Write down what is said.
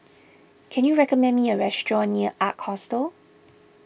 can you recommend me a restaurant near Ark Hostel